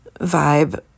vibe